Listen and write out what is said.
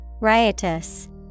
Riotous